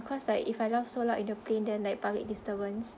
cause like if I laugh so loud in the plane then like public disturbance